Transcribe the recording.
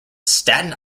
staten